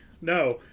no